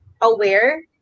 aware